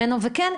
וכן,